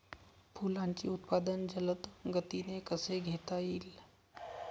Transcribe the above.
फुलांचे उत्पादन जलद गतीने कसे घेता येईल?